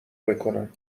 بکنم